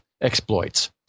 exploits